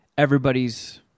everybody's